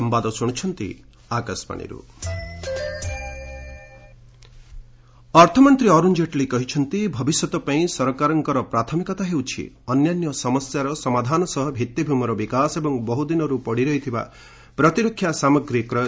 କେଟ୍ଲି priority ଅର୍ଥମନ୍ତ୍ରୀ ଅରୁଣ କେଟ୍ଲି କହିଛନ୍ତି ଭବିଷ୍ୟତ ପାଇଁ ସରକାରଙ୍କର ପ୍ରାଥମିକତା ହେଉଛି ଅନ୍ୟାନ୍ୟ ସମସ୍ୟାର ସମାଧାନ ସହ ଭିଭିଭୂମିର ବିକାଶ ଏବଂ ବହୁଦିନରୁ ପଡ଼ିରହିଥିବା ପ୍ରତିରକ୍ଷା ସାମଗ୍ରୀ କ୍ରୟ